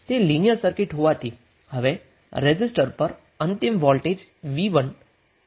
તે linear circuit હોવાથી હવે રેઝિસ્ટર પર અંતિમ વોલ્ટેજ v1 v2 v થશે